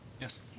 Yes